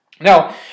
Now